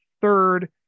third